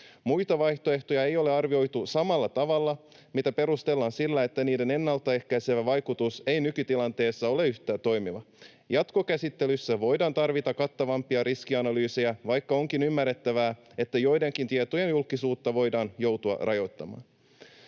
Muita vaihtoehtoja ei ole arvioitu samalla tavalla, mitä perustellaan sillä, että niiden ennalta ehkäisevä vaikutus ei nykytilanteessa ole yhtä toimiva. Jatkokäsittelyssä voidaan tarvita kattavampia riskianalyysejä, vaikka onkin ymmärrettävää, että joidenkin tietojen julkisuutta voidaan joutua rajoittamaan.